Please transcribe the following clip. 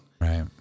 Right